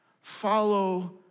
follow